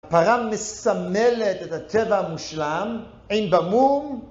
הפרה מסמלת את הטבע המושלם, אין בה מום.